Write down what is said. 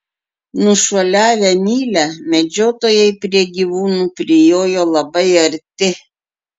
nušuoliavę mylią medžiotojai prie gyvūnų prijojo labai arti